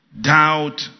doubt